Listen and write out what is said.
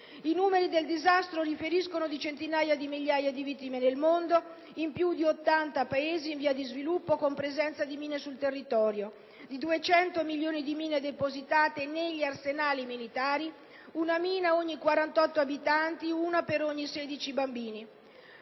I numeri del disastro riferiscono di centinaia di migliaia di vittime nel mondo, di più di 80 Paesi in via di sviluppo con presenza di mine sul territorio, di 200 milioni di mine depositate negli arsenali militari (una mina ogni 48 abitanti del pianeta e una per ogni 16 bambini).